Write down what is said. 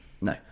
No